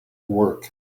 work